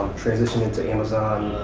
transitioning to amazon,